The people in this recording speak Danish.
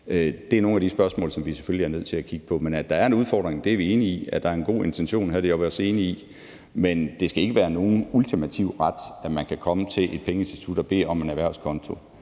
Det er nogle af de spørgsmål, vi selvfølgelig er nødt til at kigge på. At der er en udfordring, er vi enige i. At der er en god intention, er vi også enige i. Men det skal ikke være nogen ultimativ ret, at man kan komme til et pengeinstitut og bede om en erhvervskonto.